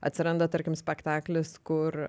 atsiranda tarkim spektaklis kur